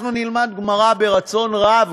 אנחנו נלמד גמרא ברצון רב,